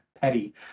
petty